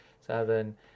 seven